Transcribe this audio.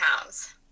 pounds